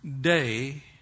day